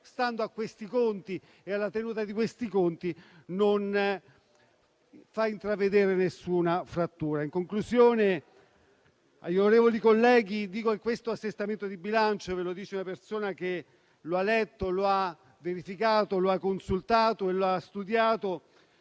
stando a questi conti e alla loro tenuta, non fa intravedere alcuna frattura. In conclusione, agli onorevoli colleghi dico che questo assestamento di bilancio - ve lo dice una persona che lo ha letto, lo ha verificato, lo ha consultato e lo ha studiato